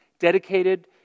dedicated